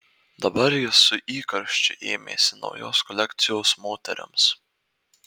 dabar jis su įkarščiu ėmėsi naujos kolekcijos moterims